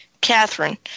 Catherine